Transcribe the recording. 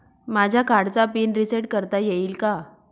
माझ्या कार्डचा PIN reset करता येईल का?